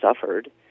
suffered